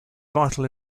vital